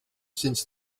since